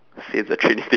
save the trains